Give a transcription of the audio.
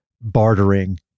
bartering